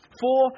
Four